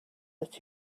that